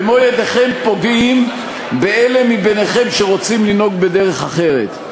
במו-ידיכם פוגעים באלה מכם שרוצים לנהוג בדרך אחרת.